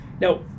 Now